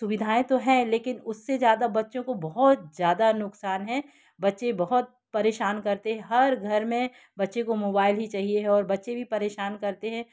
सुविधाएँ तो हैं लेकिन उससे ज़्यादा बच्चों को बहुत ज़्यादा नुकसान हैं बच्चे बहुत परेशान करते हर घर में बच्चे को मोबाईल ही चाहिए और बच्चे भी परेशान करते हैं तो